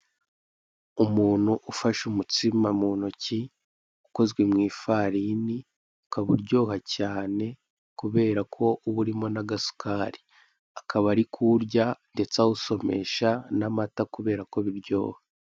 Umuntuufashe umutsima mu ntoki ukozwe mu ifarini ukaba uryoha cyane kubera ko uba urimo n'agasukari akaba ari kuwurya ndetse awusomesha n'amata kubera ko biryoha.